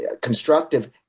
constructive